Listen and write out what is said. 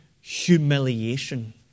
humiliation